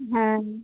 হ্যাঁ